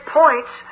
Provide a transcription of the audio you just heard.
points